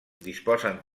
disposen